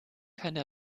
keine